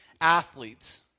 athletes